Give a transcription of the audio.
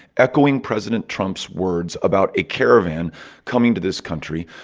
echoing president trump's words about a caravan coming to this country.